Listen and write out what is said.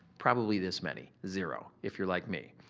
probably this many. zero. if you're like me,